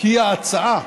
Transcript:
כי ההצעה